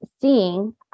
seeing